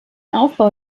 aufbau